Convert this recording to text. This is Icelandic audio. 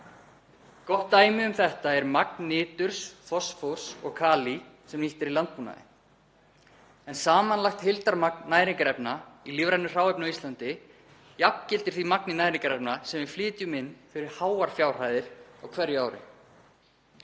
Gott dæmi um þetta er magn niturs, fosfórs og kalíns sem nýtt er í landbúnaði en samanlagt heildarmagn næringarefna í lífrænum hráefnum á Íslandi jafngildir því magni næringarefna sem við flytjum inn fyrir háar fjárhæðir á hverju ári.